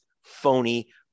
phony